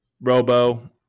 robo